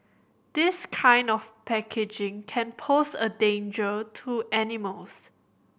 this kind of packaging can pose a danger to animals